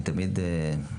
אני תמיד,